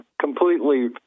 completely